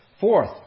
Fourth